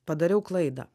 padariau klaidą